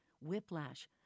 whiplash